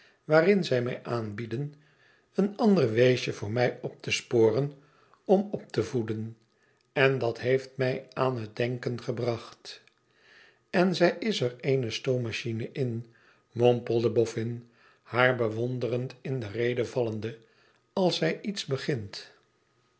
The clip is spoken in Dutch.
waarin zij mij aanbieden een ander weesje voor mij op te sporen om op te voeden nu dat heeft mij aan het denken gebracht n zij is er eene stoommachine in mompelde boffin haar bewonderend in de rede vallende als zij eens begint